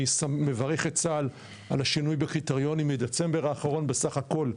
אני מברך את צה"ל על השינוי בקריטריון מדצמבר האחרון בסך הכול,